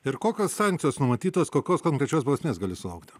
ir kokios sankcijos numatytos kokios konkrečios bausmės gali sulaukti